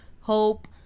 hope